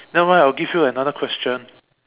nevermind I will give you another question